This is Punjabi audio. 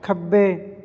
ਖੱਬੇ